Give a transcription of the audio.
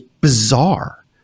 bizarre